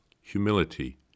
Humility